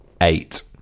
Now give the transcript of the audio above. Eight